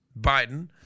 Biden